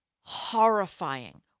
horrifying